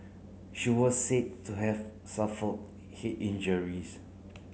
she was said to have suffered head injuries